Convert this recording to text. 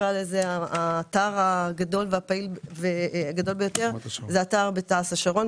האתר הגדול ביותר הוא בתע"ש השרון.